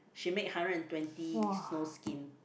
she make hundred and twenty snowskin